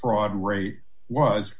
fraud rate was